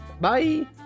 Bye